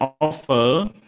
offer